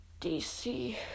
DC